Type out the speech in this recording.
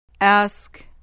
Ask